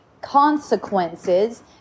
consequences